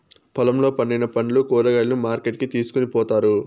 పొలంలో పండిన పండ్లు, కూరగాయలను మార్కెట్ కి తీసుకొని పోతారు